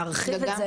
להרחיב את זה.